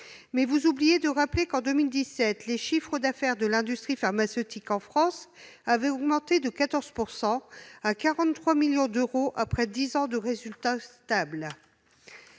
Mais vous oubliez de rappeler que, en 2017, le chiffre d'affaires de l'industrie pharmaceutique en France avait augmenté de 14 %, passant à 43 millions d'euros, après dix ans de résultats stables.